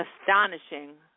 astonishing